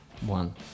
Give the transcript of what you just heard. one